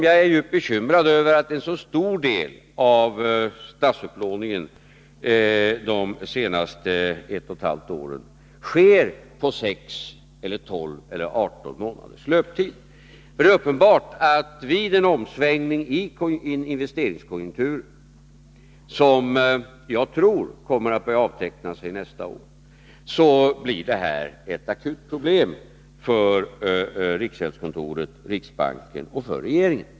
Jag är djupt bekymrad över att en så stor del av statsupplåningen de senaste ett och ett halvt åren skett med sex, tolv eller arton månaders löptid. Vid en omsvängning i investeringskonjunkturen — som jag tror kommer att börja avteckna sig nästa år — blir det ett akut problem för riksgäldskontoret, riksbanken och regeringen.